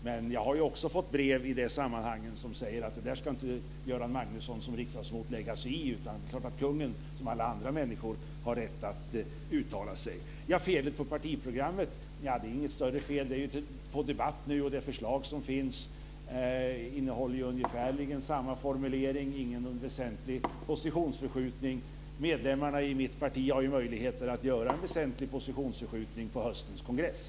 Men jag har också fått brev i det sammanhanget som säger att det ska inte Göran Magnusson som riksdagsledamot lägga sig i. Det är klart att kungen, som alla andra människor, har rätt att uttala sig. Det är inget större fel på partiprogrammet. Det är uppe till debatt nu. Det förslag som finns innehåller ungefärligen samma formulering. Det är ingen väsentlig positionsförskjutning. Medlemmarna i mitt parti har möjligheter att göra en väsentlig positionsförskjutning vid höstens kongress.